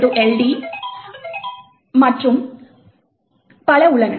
build LD மற்றும் பல உள்ளன